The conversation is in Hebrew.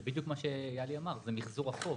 זה בדיוק מה שיהלי אמר, זה מיחזור החוב.